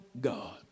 God